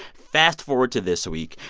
fast forward to this week.